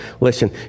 Listen